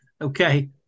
Okay